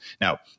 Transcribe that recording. Now